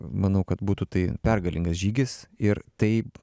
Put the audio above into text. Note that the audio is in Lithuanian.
manau kad būtų tai pergalingas žygis ir taip